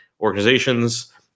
organizations